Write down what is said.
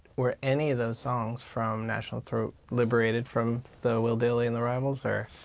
were any of those songs from national throat liberated from the will dailey and the rivals, or